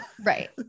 Right